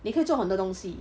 你可以做很多东西